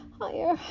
higher